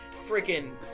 freaking